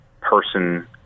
person